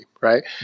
right